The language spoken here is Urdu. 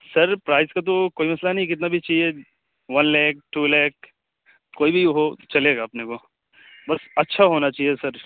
سر پرائس کا تو کوئی مسئلہ نہیں کتنا بھی چاہیے ون لیکھ ٹو لیکھ کوئی بھی ہو چلے گا اپنے کو بس اچھا ہونا چاہیے سر